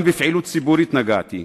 גם בפעילות ציבורית נגעתי.